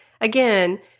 again